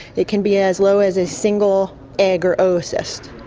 it can be as low as a single egg or oocyst.